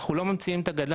אנחנו לא ממציאים את הגלגל,